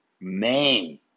main